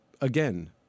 again